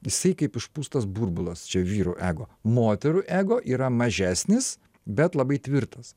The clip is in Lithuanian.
jisai kaip išpūstas burbulas čia vyrų ego moterų ego yra mažesnis bet labai tvirtas